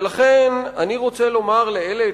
ולכן, אני רוצה לומר לאלה